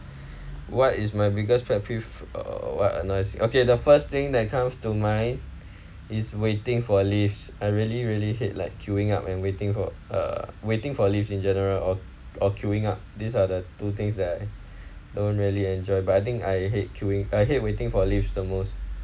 what is my biggest pet peeve uh what annoys okay the first thing that comes to mind is waiting for lifts I really really hate like queuing up and waiting for uh waiting for lifts in general or or queuing up these are the two things that I don't really enjoy but I think I hate queuing I hate waiting for lift the most